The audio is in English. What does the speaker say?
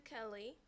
Kelly